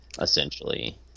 essentially